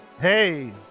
hey